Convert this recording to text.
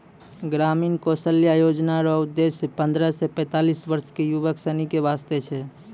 ग्रामीण कौशल्या योजना रो उद्देश्य पन्द्रह से पैंतीस वर्ष के युवक सनी के वास्ते छै